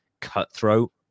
cutthroat